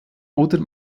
oder